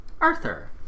Arthur